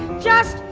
just.